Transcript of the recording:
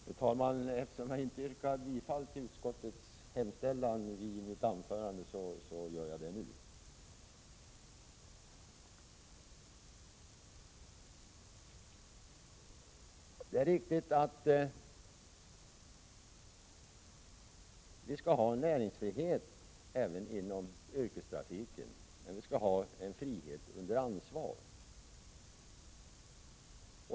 Fru talman! Eftersom jag i mitt huvudanförande inte yrkade bifall till utskottets hemställan vill jag göra det nu. Det är riktigt att vi skall ha näringsfrihet även inom yrkestrafiken. Men vi skall ha en frihet under ansvar.